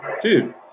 Dude